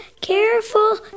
Careful